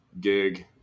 gig